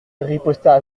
riposta